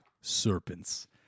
serpents